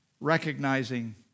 recognizing